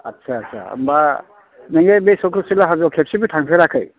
आथ्सा आथ्सा होमबा नोङो बे चख्रसिला हाजोआव खेबसेबो थांफेराखै